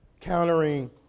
Countering